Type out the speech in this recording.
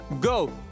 go